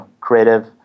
creative